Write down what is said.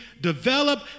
develop